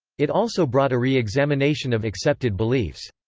it also brought a re-examination of accepted beliefs.